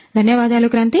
ధన్యవాదాలు క్రాంతి